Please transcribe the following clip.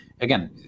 again